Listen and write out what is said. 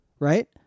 right